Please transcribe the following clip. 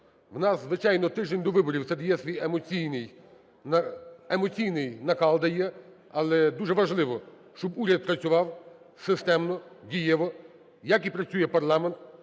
у нас, звичайно, тиждень до виборів, це дає свій емоційнийнакал. Але дуже важливо, щоб уряд працював системно, дієво, як і працює парламент,